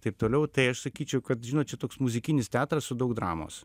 taip toliau tai aš sakyčiau kad žinot čia toks muzikinis teatras su daug dramos